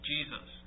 Jesus